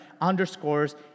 underscores